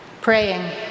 praying